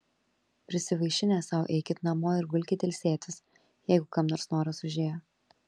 prisivaišinę sau eikit namo ir gulkit ilsėtis jeigu kam noras užėjo